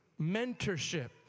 mentorship